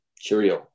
cheerio